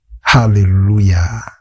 Hallelujah